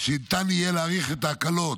שניתן יהיה להאריך את ההקלות